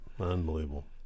unbelievable